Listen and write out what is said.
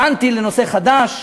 טענתי לנושא חדש.